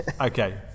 Okay